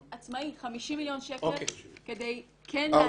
החלטנו להקצות באופן עצמאי 50 מיליון שקלים כדי כן להתניע את המהלך.